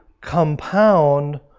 compound